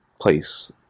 place